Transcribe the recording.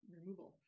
removal